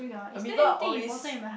amoeba always